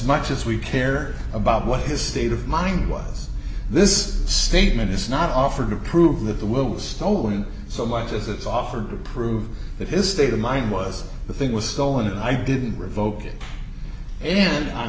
much as we care about what his state of mind was this statement is not offered to prove that the will was stolen so much as it's offered to prove that his state of mind was the thing was stolen and i didn't revoke it and on